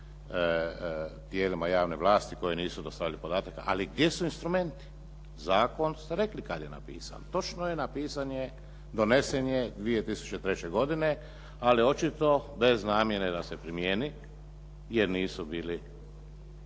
tijelima javne vlasti koje nisu dostavile podatke. Ali gdje su instrumenti? Zakon ste rekli kad je napisan. Točno je, napisan je, donesen je 2003. godine ali očito bez namjere da se primijeni jer nisu bili,